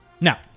Now